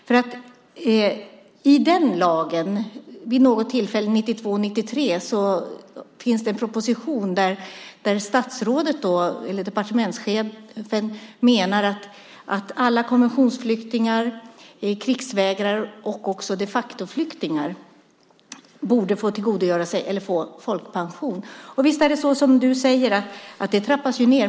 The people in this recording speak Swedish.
När det gäller den lagen finns det en proposition från 1992/93 där departementschefen menar att alla konventionsflyktingar, krigsvägrare och också de facto-flyktingar borde få folkpension. Visst är det så som du säger: Detta trappas ju ned.